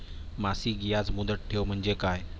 मासिक याज मुदत ठेव म्हणजे काय?